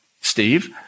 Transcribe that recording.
Steve